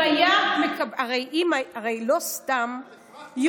הרי לא סתם,